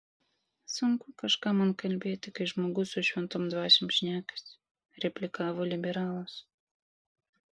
sunku kažką man kalbėti kai žmogus su šventom dvasiom šnekasi replikavo liberalas